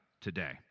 today